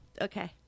Okay